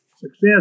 success